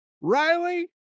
Riley